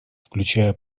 включая